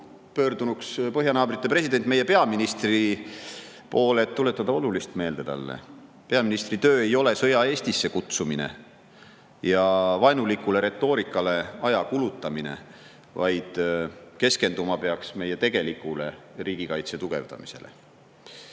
pöördunuks põhjanaabrite president meie peaministri poole, et tuletada talle olulist meelde. Peaministri töö ei ole sõja Eestisse kutsumine ja vaenulikule retoorikale aja kulutamine. Keskenduma peaks meie tegelikule riigikaitse tugevdamisele. Ja